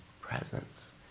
presence